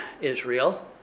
Israel